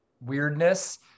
weirdness